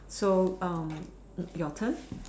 so um your turn